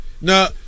No